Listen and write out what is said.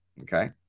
Okay